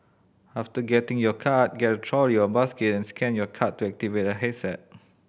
after getting your card get a trolley or basket and scan your card to activate a handset